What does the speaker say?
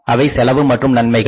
அவை செலவு மற்றும் நன்மைகள்